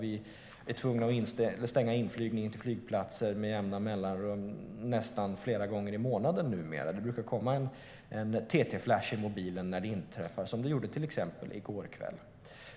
Vi är ju med jämna mellanrum tvungna att stänga inflygningen; det är nästan flera gånger i månaden numera. Det brukar komma en TT-flash i mobilen när det inträffar, som till exempel i går kväll.